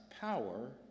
power